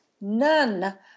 none